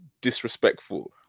disrespectful